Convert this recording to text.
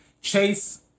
Chase